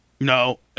No